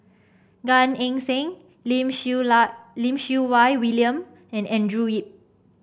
Gan Eng Seng Lim Siew Lim Siew Wai William and Andrew Yip